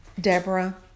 Deborah